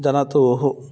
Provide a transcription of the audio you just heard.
जानातु